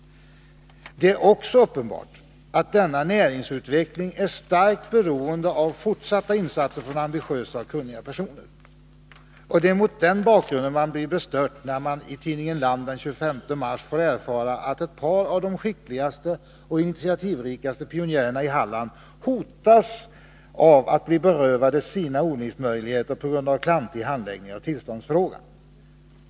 Det är också uppenbart att denna näringsutveckling är starkt beroende av fortsatta insatser från ambitiösa och kunniga personer. Det är mot den bakgrunden man blir bestört när man i tidningen Land den 25 mars får erfara att ett par av de skickligaste och initiativrikaste pionjärerna i Halland hotas av att bli berövade sina odlingsmöjligheter på grund av klantig handläggning av tillståndsfrågan.